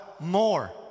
more